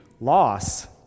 loss